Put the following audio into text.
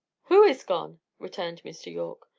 who is gone? returned mr. yorke.